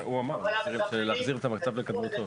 הוא אמר להחזיר את המצב לקדמותו.